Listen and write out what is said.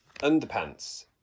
underpants